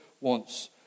wants